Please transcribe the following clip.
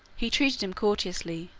he treated him courteously,